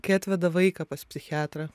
kai atveda vaiką pas psichiatrą